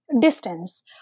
distance